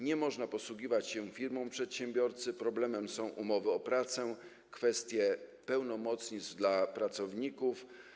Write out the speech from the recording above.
Nie można posługiwać się firmą przedsiębiorcy, problemem są umowy o pracę i kwestie pełnomocnictw dla pracowników.